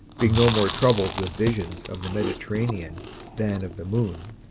being no more troubled with visions of the mediterranean than of the moon,